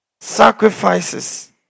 sacrifices